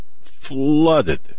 flooded